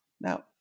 Now